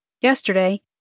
Yesterday